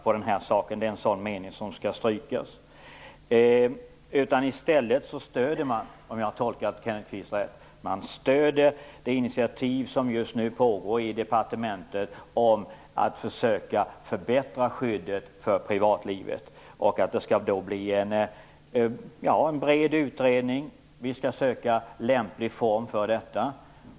Om jag har tolkat Kenneth Kvist rätt stöder man i stället departementets initiativ - som innebär att man försöker förbättra skyddet för privatlivet - och att det skall bli en bred utredning. Vi skall söka en lämplig form för detta.